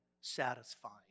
satisfying